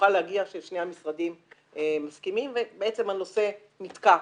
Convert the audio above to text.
שנוכל להגיע ששני המשרדים מסכימים ובעצם הנושא נתקע.